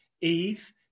Eve